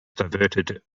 diverted